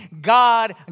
God